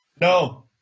No